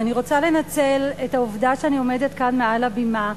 ואני רוצה לנצל את העובדה שאני עומדת כאן מעל הבימה,